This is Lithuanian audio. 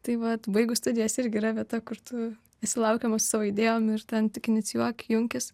tai vat baigus studijas ir gera vieta kur tu esi laukiamas su savo idėjom ir ten tik inicijuok junkis